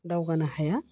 दावगानो हाया